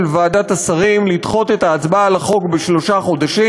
ועדת השרים לדחות את ההצבעה על החוק בשלושה חודשים.